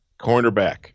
Cornerback